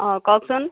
অঁ কওকচোন